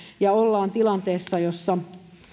ollaan tilanteessa jossa